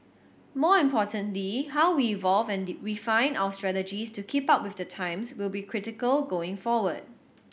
more importantly how we evolve and refine our strategies to keep up with the times will be critical going forward